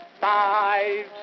Five